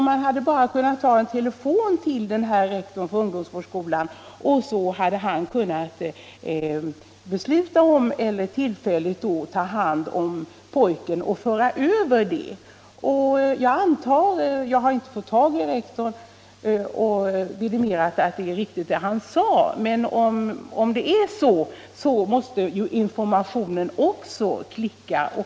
Man hade bara behövt ta ett telefonsamtal med rektorn för ungdomsvårdsskolan, så hade han kunnat besluta att tillfälligt ta hand om pojken. Jag har inte fått tag i rektorn och fått vidimerat att detta uttalande är riktigt, men om det är så måste ju informationen också ha klickat.